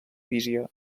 visió